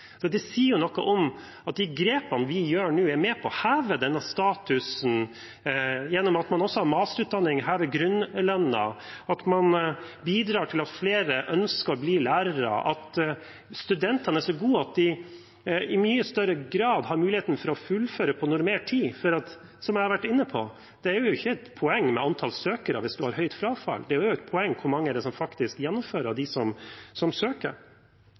grepene vi nå tar, er med på å heve denne statusen. Det er at man gjennom at man også har masterutdanning, hever grunnlønnen, at man bidrar til at flere ønsker å bli lærere, at studentene er så gode at de i mye større grad har mulighet til å fullføre på normert tid. Som jeg har vært inne på: Det er ikke et poeng med et høyt antall søkere hvis man har høyt frafall. Poenget er jo hvor mange som faktisk gjennomfører av dem som søker.